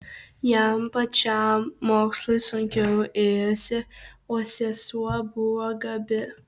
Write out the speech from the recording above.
jam pačiam mokslai sunkiau ėjosi o sesuo buvo gabi